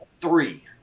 three